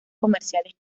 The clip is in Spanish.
comerciales